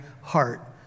heart